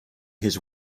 his